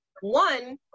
one